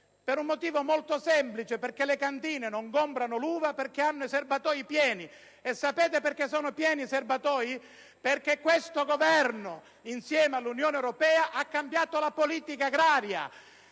ed il motivo è molto semplice: le cantine non comprano l'uva perché hanno i serbatoi pieni. E i serbatoi sono pieni perché questo Governo, insieme all'Unione europea, ha cambiato la politica agraria